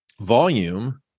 volume